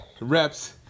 reps